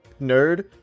nerd